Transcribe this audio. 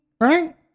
right